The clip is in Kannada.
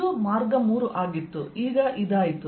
ಇದು ಮಾರ್ಗ 3 ಆಗಿತ್ತು ಈಗ ಇದು ಆಯಿತು